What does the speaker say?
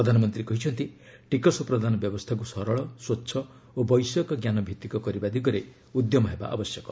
ପ୍ରଧାନମନ୍ତ୍ରୀ କହିଛନ୍ତି ଟିକସ ପ୍ରଦାନ ବ୍ୟବସ୍ଥାକୁ ସରଳ ସ୍ୱଚ୍ଛ ଓ ବୈଷୟିକଜ୍ଞାନ ଭିତ୍ତିକ କରିବା ଦିଗରେ ଉଦ୍ୟମ ହେବା ଆବଶ୍ୟକ